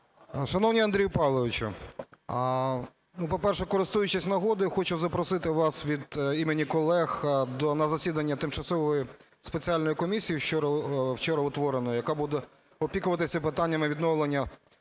Шановний Андрію Павловичу, по-перше, користуючись нагодою, хочу запросити вас від імені колег на засідання Тимчасової спеціальної комісії, вчора утвореної, яка буде опікуватися питаннями відновлення